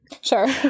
sure